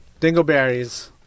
Dingleberries